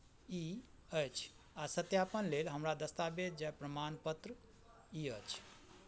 ई अछि आओर सत्यापन लेल हमरा दस्तावेज जय प्रमाणपत्र ई अछि